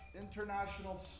international